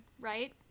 right